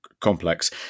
complex